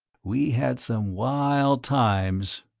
we had some wild times,